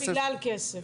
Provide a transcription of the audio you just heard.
רק בגלל כסף.